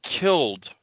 killed